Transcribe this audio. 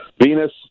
Venus